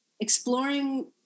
exploring